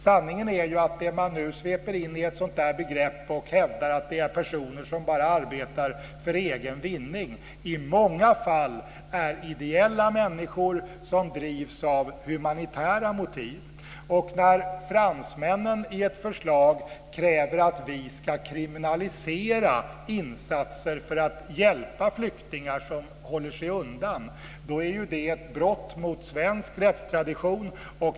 Sanningen är att de man nu sveper in i ett sådant begrepp, och hävdar är personer som bara arbetar för egen vinning, i många fall är ideella människor som drivs av humanitära motiv. Fransmännen kräver i ett förslag att vi ska kriminalisera insatser för att hjälpa flyktingar som håller sig undan. Det är ju ett brott mot svensk rättstradition.